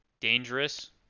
dangerous